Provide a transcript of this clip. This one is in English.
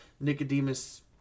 Nicodemus